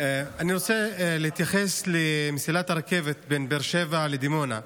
אני רוצה להתייחס למסילת הרכבת בין באר שבע לדימונה.